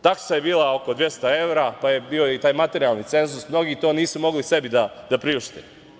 Taksa je bila oko 200 evra, pa je bio i taj materijalni cenzus, mnogi to nisu mogli sebi da priušte.